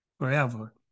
forever